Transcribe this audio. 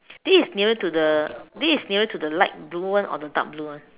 this is nearer to the this is nearer to the light blue one or the dark blue one